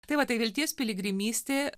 tai va tai vilties piligrimystė